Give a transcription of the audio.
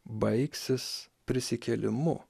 baigsis prisikėlimu